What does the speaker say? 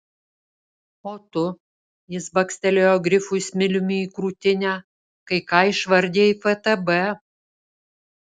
o tu jis bakstelėjo grifui smiliumi į krūtinę kai ką išvardijai ftb